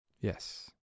Yes